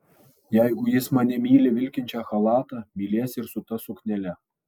jeigu jis mane myli vilkinčią chalatą mylės ir su ta suknele